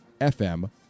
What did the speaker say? FM